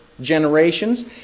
generations